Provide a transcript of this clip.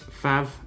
fav